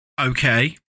Okay